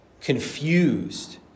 confused